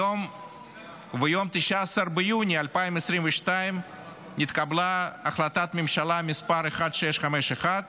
ביום 19 ביוני 2022 נתקבלה החלטת ממשלה מס' 1651,